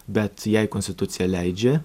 bet jei konstitucija leidžia